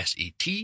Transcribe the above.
Set